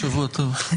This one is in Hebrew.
שבוע טוב.